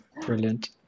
Brilliant